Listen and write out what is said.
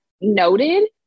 noted